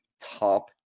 top